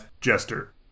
Jester